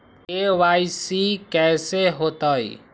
KYC कैसे होतई?